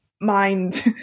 mind